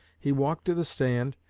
he walked to the stand,